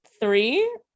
three